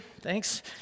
Thanks